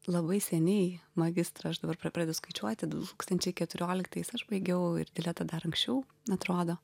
labai seniai magistrą aš dabar pra pradedu skaičiuoti du tūkstančiai keturioliktais aš baigiau ir dileta dar anksčiau atrodo